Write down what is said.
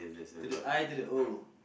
to the I to the O